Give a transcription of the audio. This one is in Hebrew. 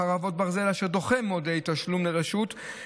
חרבות ברזל) אשר דוחה מועדי תשלום לרשות,